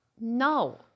No